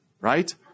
Right